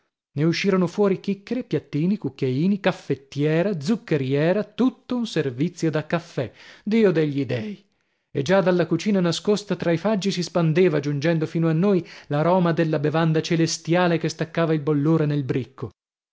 ne uscirono fuori chicchere piattini cucchiaini caffettiera zuccheriera tutto un servizio da caffè dio degli dei e già dalla cucina nascosta tra i faggi si spandeva giungendo fino a noi l'aroma della bevanda celestiale che staccava il bollore nel bricco